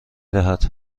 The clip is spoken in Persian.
دهد